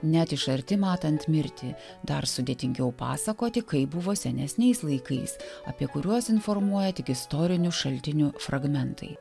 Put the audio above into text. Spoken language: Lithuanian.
net iš arti matant mirtį dar sudėtingiau pasakoti kaip buvo senesniais laikais apie kuriuos informuoja tik istorinių šaltinių fragmentai